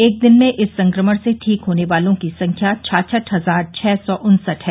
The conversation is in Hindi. एक दिन में इस संक्रमण से ठीक होने वालों की संख्या छाछठ हजार छः सौ उन्सठ है